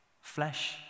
Flesh